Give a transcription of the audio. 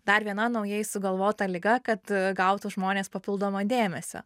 dar viena naujai sugalvota liga kad gautų žmonės papildomo dėmesio